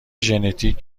ژنتیک